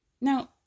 Now